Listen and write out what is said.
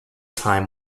time